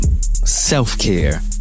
self-care